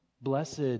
Blessed